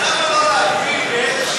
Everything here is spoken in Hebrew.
אז למה לא להגביל, ?